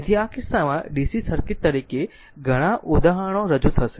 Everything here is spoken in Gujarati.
તેથી આ કિસ્સામાં DC સર્કિટ તરીકે ઘણા ઉદાહરણો રજૂ કરશે